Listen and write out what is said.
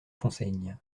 fonsègue